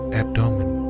abdomen